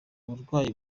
burwayi